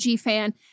fan